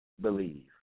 believe